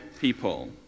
people